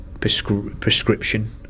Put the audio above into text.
prescription